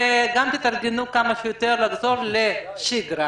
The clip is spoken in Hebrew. וגם תתארגנו כמה שיותר לחזור לשגרה,